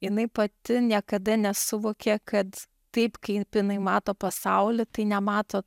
jinai pati niekada nesuvokė kad taip kaip jinai mato pasaulį tai nemato